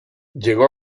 llegó